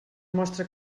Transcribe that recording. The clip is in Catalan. mostra